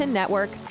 network